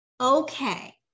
okay